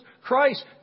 Christ